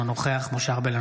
אינו נוכח משה ארבל,